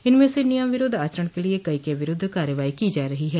इनमें से नियम विरूद्व आचरण के लिए कई के विरूद्ध कार्रवाई की जा रही है